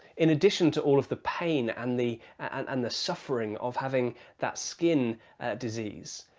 in addition to all of the pain and the and and the suffering of having that skin disease,